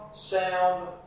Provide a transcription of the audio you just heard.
sound